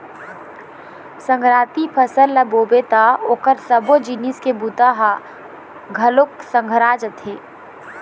संघराती फसल ल बोबे त ओखर सबो जिनिस के बूता ह घलोक संघरा जाथे